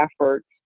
efforts